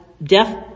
deaf